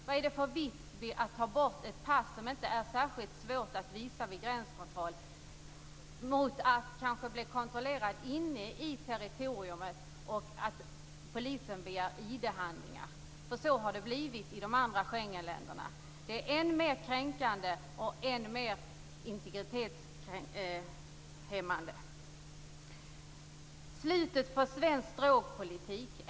Vad är det för vits med att ta bort ett pass som inte är särskilt svårt att visa vid gränskontroll för att i stället kanske bli kontrollerad inne i territoriet av polis som begär att få se ID handlingar? Så har det nämligen blivit i de andra Schengenländerna. Det är än mer kränkande och än mer integritetshämmande. Detta är slutet för svensk drogpolitik.